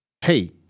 Hey